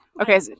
okay